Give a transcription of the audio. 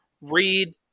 read